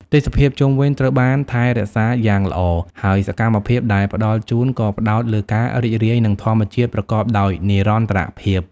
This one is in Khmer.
ទេសភាពជុំវិញត្រូវបានថែរក្សាយ៉ាងល្អ ហើយសកម្មភាពដែលផ្តល់ជូនក៏ផ្តោតលើការរីករាយនឹងធម្មជាតិប្រកបដោយនិរន្តរភាព។